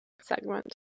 segment